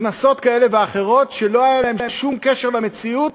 הכנסות כאלה ואחרות שלא היה להן שום קשר למציאות,